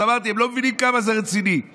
אז אמרתי: הם לא מבינים כמה זה רציני;